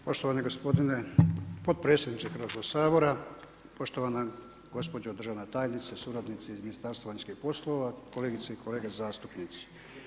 Poštovani gospodine potpredsjednice Hrvatskoga sabora, poštovana gospođo državna tajnice, suradnici iz Ministarstva vanjskih poslova, kolegice i kolege zastupnici.